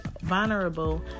vulnerable